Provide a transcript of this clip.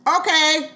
Okay